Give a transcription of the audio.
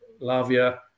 Lavia